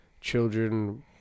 Children